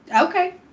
Okay